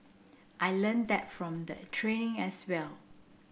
I learnt that from the training as well